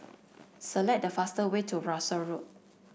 select the fast way to Russel Road